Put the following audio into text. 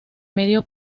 medio